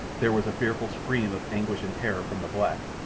there was a fearful scream of anguish and terror from the black,